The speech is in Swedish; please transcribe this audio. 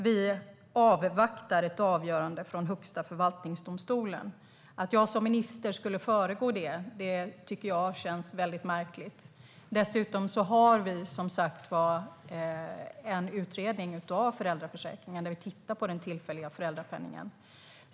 Vi avvaktar ett avgörande från Högsta förvaltningsdomstolen. Att jag som minister skulle föregå det tycker jag känns märkligt. Dessutom har vi, som sagt, tillsatt en utredning av föräldraförsäkringen där man tittar på den tillfälliga föräldrapenningen.